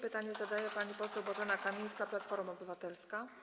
Pytanie zadaje pani poseł Bożena Kamińska, Platforma Obywatelska.